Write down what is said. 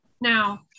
now